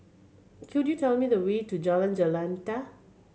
could you tell me the way to Jalan Jendela